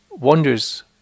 Wonders